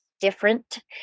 different